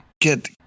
get